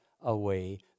away